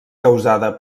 causada